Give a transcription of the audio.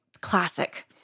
Classic